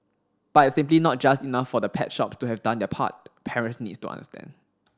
but it's simply not just enough for the pet shops to have done their part parents need to understand